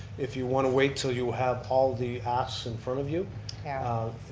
if you want to wait til you have all the asks in front of you and um